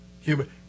Human